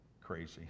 crazy